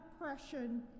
oppression